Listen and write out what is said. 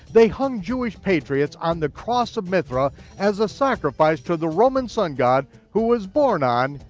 they hung jewish patriots on the cross of mithra as a sacrifice to the roman sun-god who was born on,